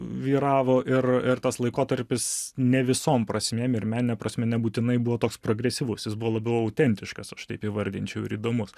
vyravo ir ir tas laikotarpis ne visom prasmėm ir menine prasme nebūtinai buvo toks progresyvus jis buvo labiau autentiškas aš taip įvardinčiau ir įdomus